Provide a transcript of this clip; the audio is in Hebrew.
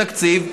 תקציב,